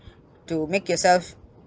to make yourself